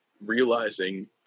realizing